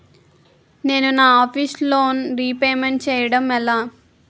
నేను నా office loan repayment చేయడం ఎలా?